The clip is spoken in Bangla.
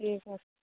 ঠিক আছে